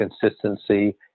consistency